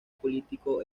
político